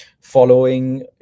following